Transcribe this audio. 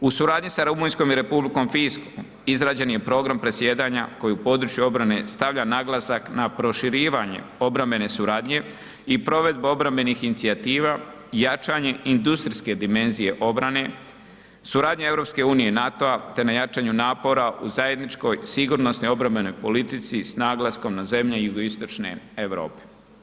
U suradnji sa Rumunjskom i Republikom Finskom izrađen je program presjedanja koji u području obrane stavlja naglasak na proširivanje obrambene suradnje i provedbu obrambenih inicijativa, jačanje industrijske dimenzije obrane, suradnja EU i NATO-a, te na jačanju napora u zajedničkoj sigurnosnoj i obrambenoj politici s naglaskom na zemlje jugoistočne Europe.